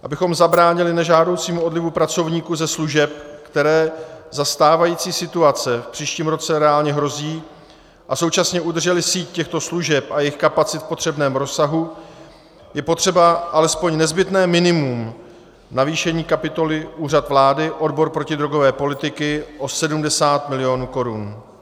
Abychom zabránili nežádoucímu odlivu pracovníků ze služeb, který za stávající situace v příštím roce reálně hrozí, a současně udrželi síť těchto služeb a jejich kapacit v potřebném rozsahu, je potřeba alespoň nezbytné minimum navýšení kapitoly Úřad vlády, odbor protidrogové politiky o 70 mil. korun.